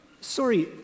Sorry